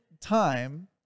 time